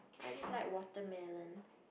I just like watermelon